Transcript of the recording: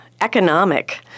economic